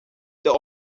their